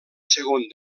segon